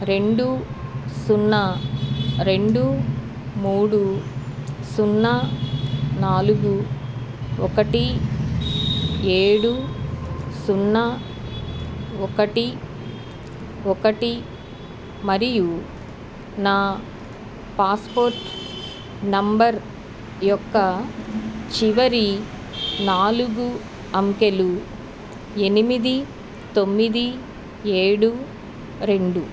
రెండు సున్నా రెండు మూడు సున్నా నాలుగు ఒకటి ఏడు సున్నా ఒకటి ఒకటి మరియు నా పాస్పోర్ట్ నెంబర్ యొక్క చివరి నాలుగు అంకెలు ఎనిమిది తొమ్మిది ఏడు రెండు